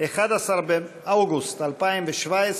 11 באוגוסט 2017,